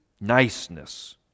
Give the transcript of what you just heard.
niceness